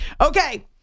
Okay